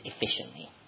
efficiently